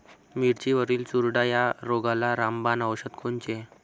मिरचीवरील चुरडा या रोगाले रामबाण औषध कोनचे?